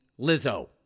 Lizzo